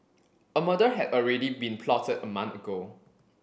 a murder had already been plotted a month ago